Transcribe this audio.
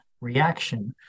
reaction